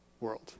world